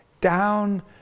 down